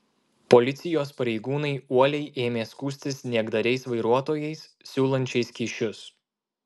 policijos pareigūnai uoliai ėmė skųstis niekdariais vairuotojais siūlančiais kyšius